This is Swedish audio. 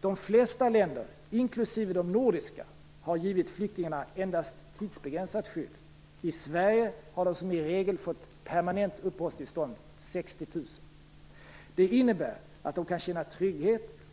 De flesta länder, inklusive de nordiska, har givit flyktingar endast ett tidsbegränsat skydd. I Sverige har de som regel fått permanenta uppehållstillstånd, 60 000 stycken. Det innebär att de kan känna trygghet.